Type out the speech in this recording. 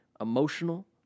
emotional